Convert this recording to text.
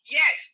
yes